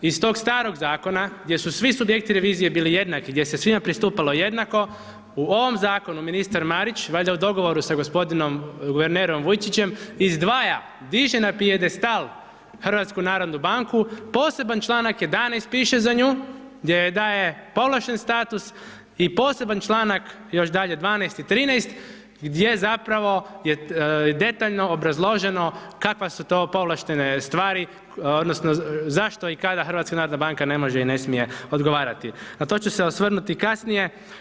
Iz tog starog zakona gdje su svi subjekti revizije bili jednaki, gdje se svima pristupalo jednako u ovom zakonu ministar Marić, valjda u dogovoru sa gospodinom guvernerom Vujčićem izdvaja, diže na pijedestal HNB, poseban članak 11. piše za nju, gdje joj daje povlašten status i poseban članak još dalje 12. i 13. gdje zapravo je detaljno obrazloženo kakve su to povlaštene stvari odnosno zašto i kada HNB ne može i ne smije odgovarati, na to ću se osvrnuti kasnije.